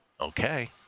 Okay